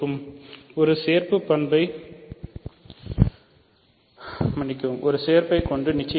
இது சேர்ப்பைக் கொண்டுள்ளது